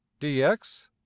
dx